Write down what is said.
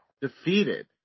defeated